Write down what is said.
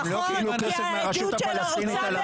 נכון, כי העדות שלו הוצאה בעינויים.